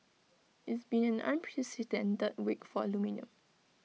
it's been an unprecedented that week for aluminium